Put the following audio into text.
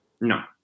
No